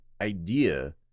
idea